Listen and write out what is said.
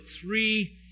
three